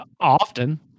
often